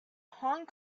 hong